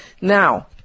Now